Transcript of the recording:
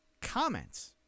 comments